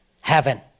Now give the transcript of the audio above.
heaven